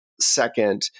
second